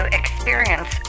experience